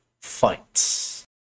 fights